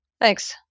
Thanks